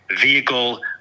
Vehicle